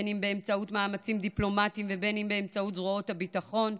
בין באמצעות מאמצים דיפלומטיים ובין באמצעות זרועות הביטחון.